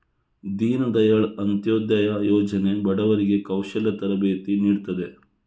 ದೀನ್ ದಯಾಳ್ ಅಂತ್ಯೋದಯ ಯೋಜನೆ ಬಡವರಿಗೆ ಕೌಶಲ್ಯ ತರಬೇತಿ ನೀಡ್ತದೆ